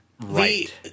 right